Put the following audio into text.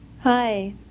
Hi